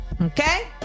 Okay